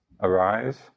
arise